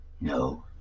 No